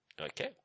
Okay